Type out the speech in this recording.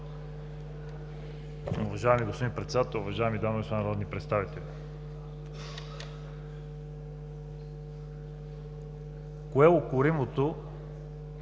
Уважаеми господин Председател, уважаеми дами и господа народни представители! Кое е укоримото